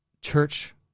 church